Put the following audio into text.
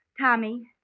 Tommy